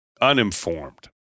uninformed